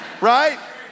right